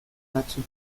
batzuk